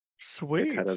Sweet